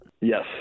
Yes